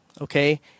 okay